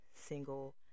single